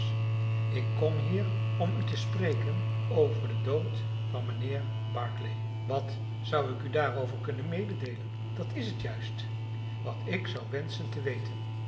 ik kom hier om u te spreken over den dood van mijnheer barclay wat zou ik u daarover kunnen mededeelen dat is het juist wat ik zou wenschen te weten